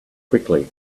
quickly